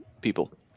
people